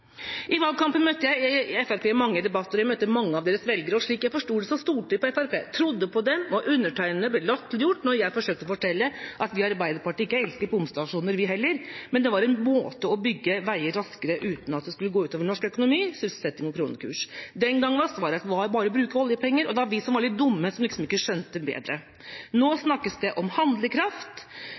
I valgkampen møtte jeg Fremskrittspartiet i mange debatter. Jeg møtte også mange av deres velgere, og slik jeg forsto det, stolte de på Fremskrittspartiet og trodde på dem, og undertegnede ble latterliggjort når jeg forsøkte å fortelle at vi i Arbeiderpartiet ikke elsket bomstasjoner vi heller, men at det var en måte å bygge veier raskere på uten at det skulle gå ut over norsk økonomi, sysselsetting og kronekurs. Den gangen var svaret at det bare var å bruke oljepenger, og at det var vi som var litt dumme som liksom ikke skjønte bedre. Nå snakkes det om handlekraft,